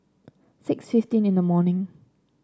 six fifteen in the morning